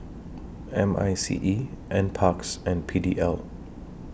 M I C E N Parks and P D L